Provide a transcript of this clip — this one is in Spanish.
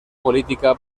política